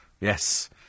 Yes